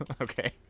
Okay